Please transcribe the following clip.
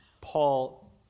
Paul